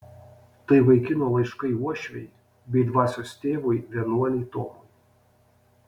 tai vaikino laiškai uošvei bei dvasios tėvui vienuoliui tomui